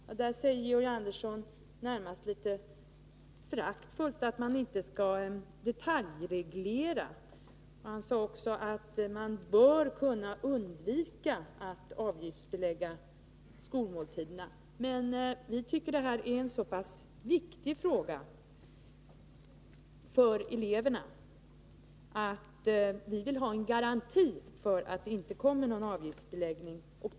På den punkten säger Georg Andersson närmast litet föraktfullt att man inte skall detaljreglera. Han sade också att man bör kunna undvika att avgiftsbelägga skolmåltiderna. Men vi tycker att detta är så pass viktigt för eleverna att vi vill ha en garanti för att det inte kommer någon avgiftsbeläggning.